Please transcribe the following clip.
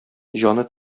җаны